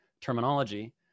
terminology